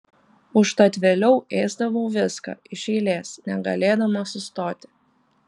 užtat vėliau ėsdavau viską iš eilės negalėdama sustoti